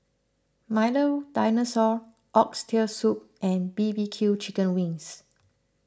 Milo Dinosaur Oxtail Soup and B B Q Chicken Wings